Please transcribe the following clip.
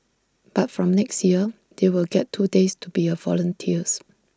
but from next year they will get two days to be volunteers